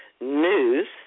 News